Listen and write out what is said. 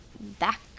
back